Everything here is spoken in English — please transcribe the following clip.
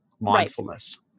mindfulness